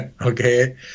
okay